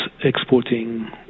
exporting